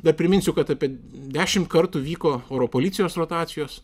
dar priminsiu kad apie dešimt kartų vyko oro policijos rotacijos